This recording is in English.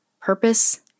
purpose